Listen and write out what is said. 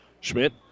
schmidt